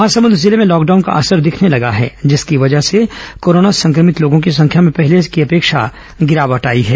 महासमुद जिले में लॉकडाउन का असर दिखने लगा है जिसकी वजह से कोरोना संक्रमित लोगों की संख्या में पहले की अपेक्षा गिरावट आई है